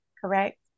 correct